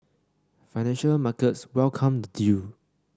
financial markets welcomed the deal